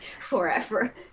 forever